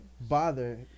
Bother